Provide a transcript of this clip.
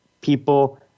people